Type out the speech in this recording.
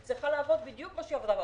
היא צריכה לעבוד בדיוק כפי שעבדה באוצר.